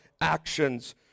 actions